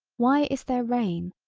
why is there rain,